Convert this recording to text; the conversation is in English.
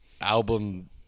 album